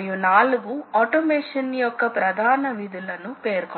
అవి CNC యంత్రాల యొక్క ప్రధాన లక్షణాలను వివరించటం అవి దేనితో చేయబడతాయి యంత్రం యొక్క ప్రధాన ప్రయోజనాలను వివరించగలగడం ఎందుకు మనం అంత ఖర్చు పెట్టి ఇటువంటి ఖరీదైన యంత్రాలను కొంటున్నాం పార్ట్ ప్రోగ్రామింగ్ యొక్క ప్రధాన లక్షణాలను వివరించటం ఈ యంత్రాలు ఆటోమేటెడ్ అయినందువలన వాటిని ప్రోగ్రాం చేయ వచ్చు అందుకే అటువంటి ప్రోగ్రామ్లు ని పార్ట్ ప్రోగ్రామ్లు అంటారు కాబట్టి మనం ఈరోజు పార్ట్ ప్రోగ్రామింగ్ యొక్క ప్రాథమిక లక్షణాలను మరియు చివరిగా డ్రైవ్ ల ను చూడబోతున్నాం CNC యంత్రాలు కదలికలను సృష్టిస్తాయి అన్ని యంత్రాలు కదలికలను సృష్టిస్తాయి మరీ ముఖ్యంగా తయారీ విధానం లో ఉపయోగించే యంత్రాలు కనుక సహజంగా అవి డ్రైవ్ ల ను కలిగి ఉంటాయి అధిక లోడ్ ల ను బట్టి ఖచ్చితమైన కదలికను సృష్టించుట కొరకు అవసరమైన శక్తిని మరియు నియంత్రణ ను ఉత్పత్తి చేయదగిన సాంకేతికత